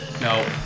No